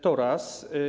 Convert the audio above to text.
To raz.